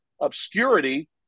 obscurity